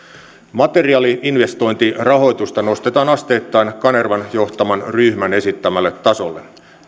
materiaali investointirahoitusta nostetaan asteittain kanervan johtaman ryhmän esittämälle tasolle